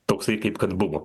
toksai kaip kad buvo